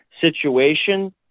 situation